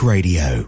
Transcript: Radio